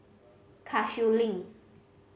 Cashew Link